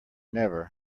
never